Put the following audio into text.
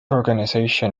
organization